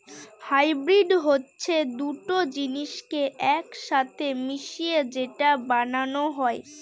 hybrid হচ্ছে দুটো জিনিসকে এক সাথে মিশিয়ে যেটা বানানো হয়